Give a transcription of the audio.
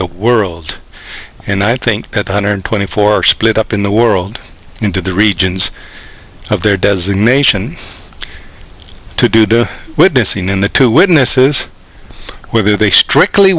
the world and i think that a hundred twenty four split up in the world into the regions of their designation to do their witnessing in the two witnesses whether they strictly